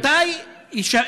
עד מתי יישאר